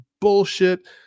bullshit